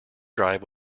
drive